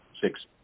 six